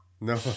No